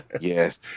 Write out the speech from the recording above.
Yes